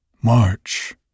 March